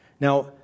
Now